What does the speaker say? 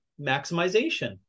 maximization